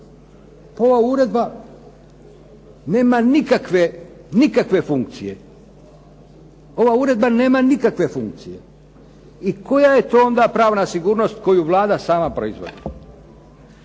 Ova uredba nema nikakve funkcije i koja je to onda pravna sigurnost koju Vlada sam proizvodi.